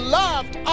loved